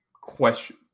question